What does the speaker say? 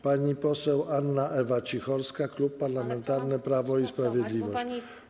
Pani poseł Anna Ewa Cicholska, Klub Parlamentarny Prawo i Sprawiedliwość.